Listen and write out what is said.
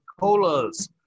Colas